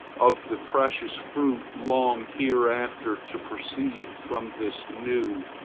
of the precious fruit long hereafter to proceed from this new,